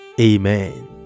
amen